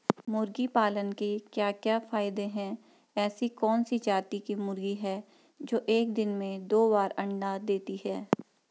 मुर्गी पालन के क्या क्या फायदे हैं ऐसी कौन सी जाती की मुर्गी है जो एक दिन में दो बार अंडा देती है?